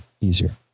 easier